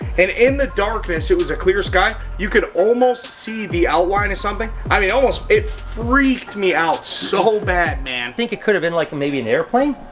and in the darkness, it was a clear sky, you could almost see the outline of something, i mean it almost, it freaked me out so bad, man. think it could've been like, maybe, an airplane?